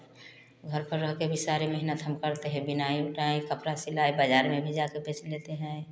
घर पर रह कर भी सारे मेहनत हम करते हैं बुनाई उनाई कपरा सिलाई बाज़ार में भी जा कर बेच लेते हैं